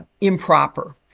improper